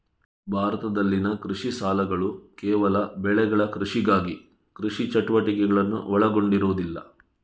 ಭಾರತದಲ್ಲಿನ ಕೃಷಿ ಸಾಲಗಳುಕೇವಲ ಬೆಳೆಗಳ ಕೃಷಿಗಾಗಿ ಕೃಷಿ ಚಟುವಟಿಕೆಗಳನ್ನು ಒಳಗೊಂಡಿರುವುದಿಲ್ಲ